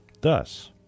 Thus